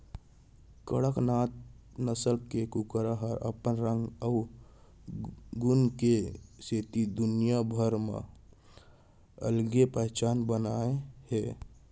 कड़कनाथ नसल के कुकरा ह अपन रंग अउ गुन के सेती दुनिया भर म अलगे पहचान बनाए हे